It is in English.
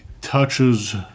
touches